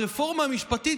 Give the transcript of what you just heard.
הרפורמה המשפטית,